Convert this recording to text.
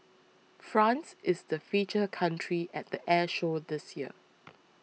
France is the feature country at the air show this year